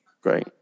Great